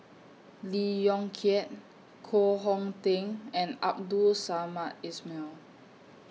Lee Yong Kiat Koh Hong Teng and Abdul Samad Ismail